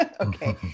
Okay